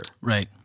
Right